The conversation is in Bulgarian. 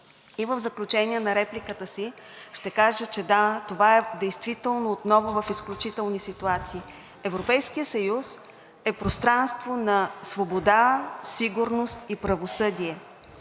И в заключение на репликата си ще кажа, че, да, това е действително отново в изключителни ситуации. Европейският съюз е пространство на свобода, сигурност и правосъдие.